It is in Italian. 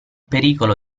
pericolo